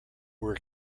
were